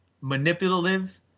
manipulative